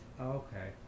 okay